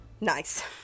Nice